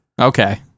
Okay